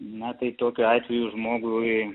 na tai tokiu atveju žmogui